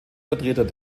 vertreter